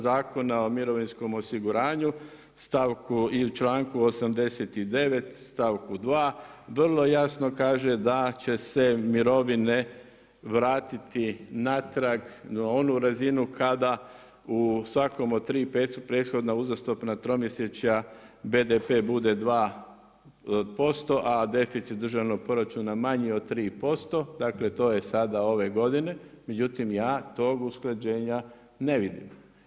Zakona o mirovinskom osiguranju članku 89. stavku 2. vrlo jasno kaže da će se mirovine vratiti natrag na onu razinu kada u svakom od tri prethodna uzastopna tromjesečja BDP bude 2% a deficit državnog proračuna manji od 3%, dakle to je sada ove godine, međutim ja tog usklađenja ne vidim.